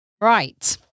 Right